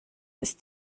ist